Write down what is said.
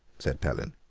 said pellin.